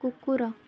କୁକୁର